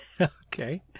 Okay